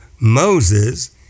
Moses